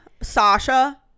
Sasha